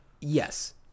yes